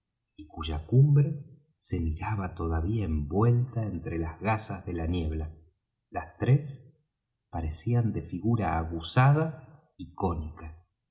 y cuya cumbre se miraba todavía envuelta entre las gasas de la niebla las tres parecían de figura aguzada y cónica